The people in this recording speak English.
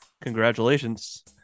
congratulations